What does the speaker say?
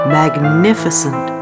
magnificent